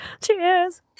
Cheers